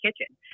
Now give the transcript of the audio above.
kitchen